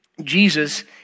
Jesus